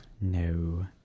No